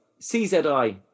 czi